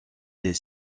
des